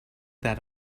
that